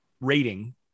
rating